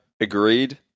agreed